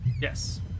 Yes